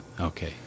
okay